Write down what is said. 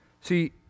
See